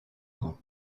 grand